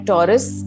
Taurus